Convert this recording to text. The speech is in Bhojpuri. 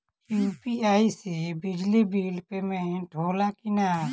यू.पी.आई से बिजली बिल पमेन्ट होला कि न?